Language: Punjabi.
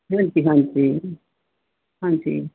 ਹਾਂਜੀ ਹਾਂਜੀ ਹਾਂਜੀ